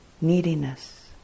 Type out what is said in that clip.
neediness